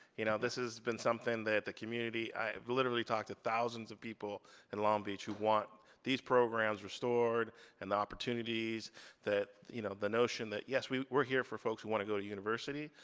you know this has been something that the community, i have literally talked to thousands of people in long beach who want these programs restored and the opportunities that, you know the notion that, yes we're we're here for folks who want to go to university.